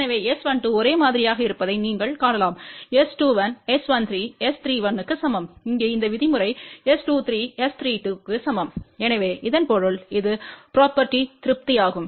எனவே S12ஒரே மாதிரியாகஇருப்பதை நீங்கள் காணலாம் S21 S13S31 க்குசமம் இங்கே இந்த விதிமுறை S23S32 க்குசமம் எனவே இதன் பொருள் இது ப்ரொபேர்ட்டி திருப்தி ஆகும்